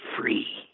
free